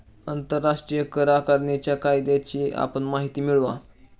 आंतरराष्ट्रीय कर आकारणीच्या कायद्याची आपण माहिती मिळवा